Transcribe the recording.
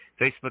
facebook